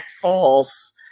False